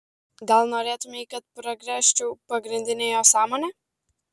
gal norėtumei kad pragręžčiau pagrindinę jo sąmonę